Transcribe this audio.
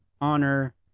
honor